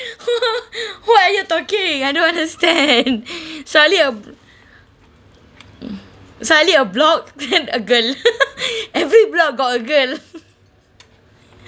what are you talking I don't understand suddently a b~ mm suddenly a block and a girl every block got a girl